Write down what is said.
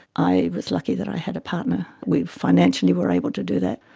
i was lucky that i had a partner, we financially were able to do that.